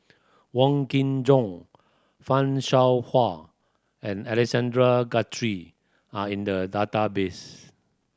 Wong Kin Jong Fan Shao Hua and Alexander Guthrie are in the database